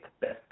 best